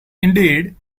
indeed